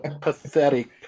pathetic